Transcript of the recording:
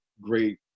great